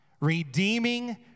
...redeeming